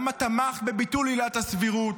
למה תמכת בביטול עילת הסבירות,